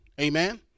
Amen